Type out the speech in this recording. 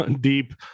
deep